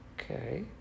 okay